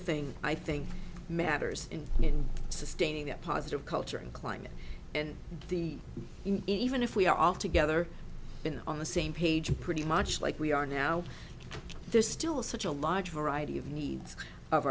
thing i think matters in sustaining a positive culture and climate and the even if we are all together been on the same page pretty much like we are now there's still such a large variety of needs of